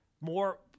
more